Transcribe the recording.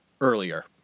earlier